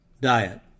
Diet